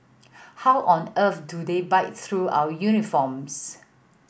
how on earth do they bite through our uniforms